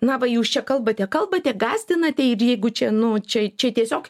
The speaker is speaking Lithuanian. na va jūs čia kalbate kalbate gąsdinate ir jeigu čia nu čia čia tiesiog